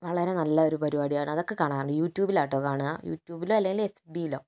വളരെ നല്ല ഒരു പരിപാടിയാണ് അതൊക്കെ കാണാറുണ്ട് യൂട്യൂബിലാണ് കേട്ടോ കാണുക യൂട്യൂബില് അല്ലങ്കിൽ എഫ് ബിയിലോ